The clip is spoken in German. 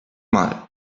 mal